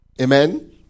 amen